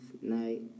night